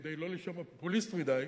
כדי לא להישמע פופוליסט מדי,